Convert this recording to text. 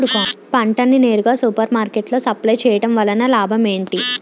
పంట ని నేరుగా సూపర్ మార్కెట్ లో సప్లై చేయటం వలన లాభం ఏంటి?